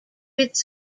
its